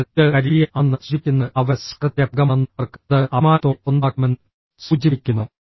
അതിനാൽ ഇത് കരീബിയൻ ആണെന്ന് സൂചിപ്പിക്കുന്നത് അവരുടെ സംസ്കാരത്തിന്റെ ഭാഗമാണെന്നും അവർക്ക് അത് അഭിമാനത്തോടെ സ്വന്തമാക്കാമെന്നും സൂചിപ്പിക്കുന്നു